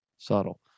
Subtle